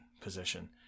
position